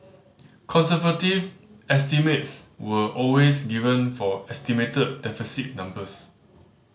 conservative estimates were always given for estimated deficit numbers